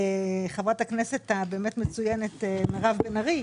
חברת הכנסת המצוינת באמת מירב בן ארי,